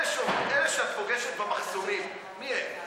אלה שאת פוגשת במחסומים, מי הם?